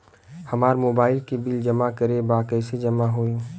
हमार मोबाइल के बिल जमा करे बा कैसे जमा होई?